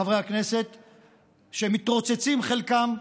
חברי הכנסת שמתרוצצים, חלקם,